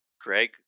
Greg